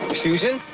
susan!